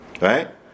Right